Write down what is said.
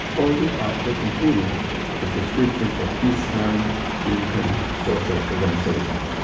only after completing his description of peace-time incan social organization.